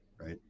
right